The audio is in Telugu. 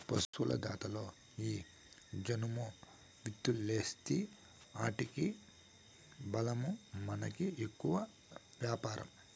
పశుల దాణాలలో ఈ జనుము విత్తూలేస్తీ ఆటికి బలమూ మనకి ఎక్కువ వ్యాపారం